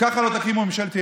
ככה לא תקימו ממשלת ימין.